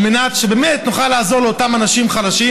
על מנת שנוכל לעזור לאותם אנשים חלשים.